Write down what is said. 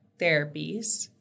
therapies